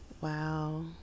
Wow